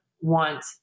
want